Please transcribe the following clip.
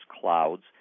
clouds